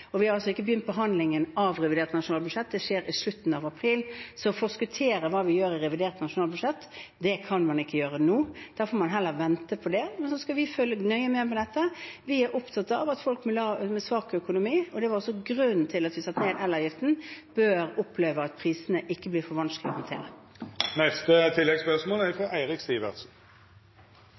og vi har ikke begynt behandlingen av revidert nasjonalbudsjett. Det skjer i slutten av april. Å forskuttere hva vi gjør i revidert nasjonalbudsjett, kan man ikke gjøre nå. Da får man heller vente på det. Men så skal vi følge nøye med på dette. Vi er opptatt av at folk med svak økonomi – og det var også grunnen til at vi satte ned elavgiften – bør oppleve at prisene ikke blir for vanskelige for dem. Eirik Sivertsen – til oppfølgingsspørsmål. Det er